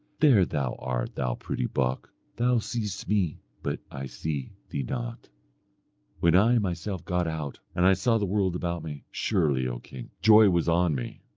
there thou art, thou pretty buck thou seest me, but i see thee not when i myself got out, and i saw the world about me, surely, o king! joy was on me.